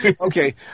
Okay